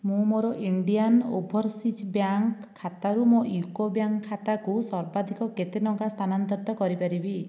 ମୁଁ ମୋର Indian Overseas Bank ଖାତାରୁ ମୋ ୟୁକୋ ବ୍ୟାଙ୍କ ଖାତାକୁ ସର୍ବାଧିକ କେତେ ଟଙ୍କା ସ୍ଥାନାନ୍ତରିତ କରିପାରିବି